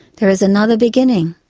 there is another beginning.